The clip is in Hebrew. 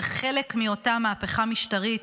זה חלק מאותה מהפכה משטרית,